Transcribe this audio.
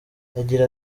agira